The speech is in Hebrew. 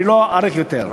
אני לא אאריך יותר,